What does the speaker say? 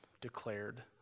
declared